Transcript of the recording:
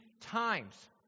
times